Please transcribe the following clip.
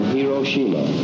Hiroshima